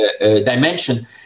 dimension